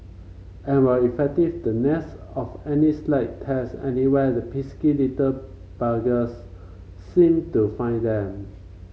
and while effective the nets of any slight tears anywhere the pesky little buggers seem to find them